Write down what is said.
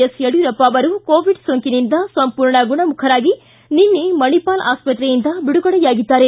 ಎಸ್ಯಡಿಯೂರಪ್ಪ ಅವರು ಕೋವಿಡ್ ಸೋಂಕಿನಿಂದ ಸಂಪೂರ್ಣ ಗುಣಮುಖರಾಗಿ ನಿನ್ನೆ ಮಣಿಪಾಲ್ ಆಸ್ವತ್ರೆಯಿಂದ ಬಿಡುಗಡೆಯಾಗಿದ್ದಾರೆ